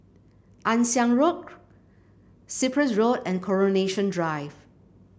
Ann Siang Road Cyprus Road and Coronation Drive